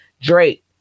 Drake